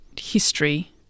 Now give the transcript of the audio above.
history